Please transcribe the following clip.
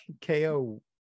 KO